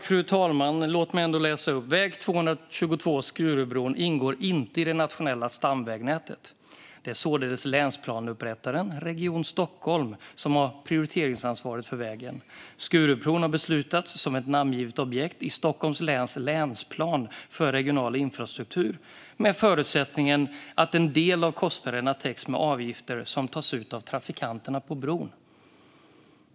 Fru talman! Låt mig läsa upp: Väg 222, Skurubron, ingår inte i det nationella stamnätet. Det är således länsplaneupprättaren, Region Stockholm, som har prioriteringsansvaret för vägen. Skurubron har beslutats som ett namngivet objekt i Stockholms läns länsplan för regional infrastruktur med förutsättningen att en del av kostnaderna täcks med avgifter som tas ut av trafikanterna på bron.